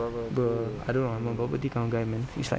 ber~ I don't know I'm a bubble tea kind of guy man it's like